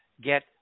get